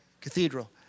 cathedral